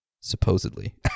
supposedly